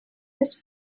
this